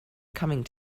coming